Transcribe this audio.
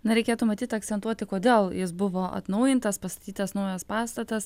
na reikėtų matyt akcentuoti kodėl jis buvo atnaujintas pastatytas naujas pastatas